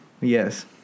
Yes